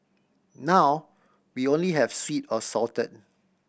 now we only have sweet or salted